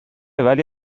ولی